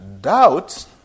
Doubt